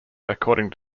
according